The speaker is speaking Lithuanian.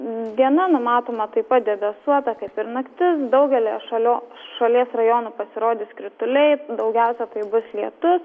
diena numatoma taip pat debesuota kaip ir naktis daugelyje šalio šalies rajonų pasirodys krituliai daugiausia tai bus lietus